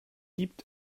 gibt